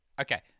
okay